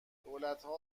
دولتها